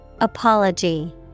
Apology